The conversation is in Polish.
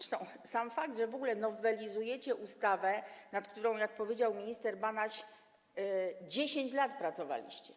Zresztą chodzi o sam fakt, że w ogóle nowelizujecie ustawę, nad którą, jak powiedział minister Banaś, 10 lat pracowaliście.